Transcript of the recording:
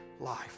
life